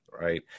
right